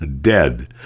dead